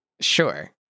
Sure